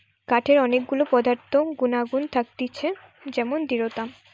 কাঠের অনেক গুলা পদার্থ গুনাগুন থাকতিছে যেমন দৃঢ়তা